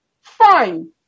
fine